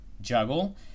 juggle